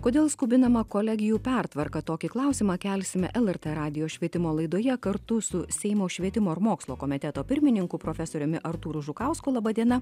kodėl skubinama kolegijų pertvarka tokį klausimą kelsime lrt radijo švietimo laidoje kartu su seimo švietimo ir mokslo komiteto pirmininku profesoriumi artūru žukausku laba diena